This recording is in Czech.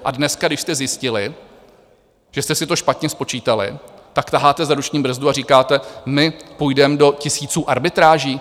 A dneska, když jste zjistili, že jste si to špatně spočítali, tak taháte za ruční brzdu a říkáte: My půjdeme do tisíců arbitráží.